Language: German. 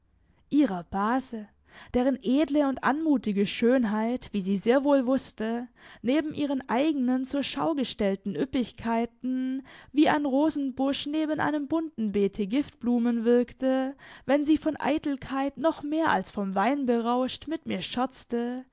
ihrer base deren edle und anmutige schönheit wie sie sehr wohl wußte neben ihren eigenen zur schau gestellten üppigkeiten wie ein rosenbusch neben einem bunten beete giftblumen wirkte wenn sie von eitelkeit noch mehr als vom wein berauscht mit mir scherzte